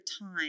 time